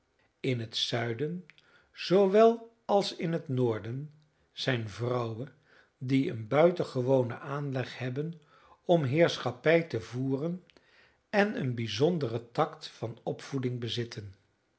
in het zuiden zoowel als in het noorden zijn vrouwen die een buitengewonen aanleg hebben om heerschappij te voeren en een bijzondere tact van opvoeding bezitten